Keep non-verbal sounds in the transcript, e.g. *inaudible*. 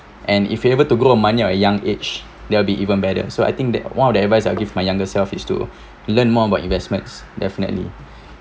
and if we able to grow our money at young age there will be even better so I think that one of the advice I'll give my younger self is to *breath* learn more about investments definitely